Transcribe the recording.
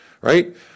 right